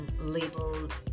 labeled